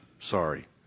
Sorry